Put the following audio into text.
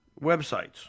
websites